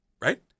Right